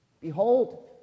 Behold